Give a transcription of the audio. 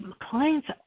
clients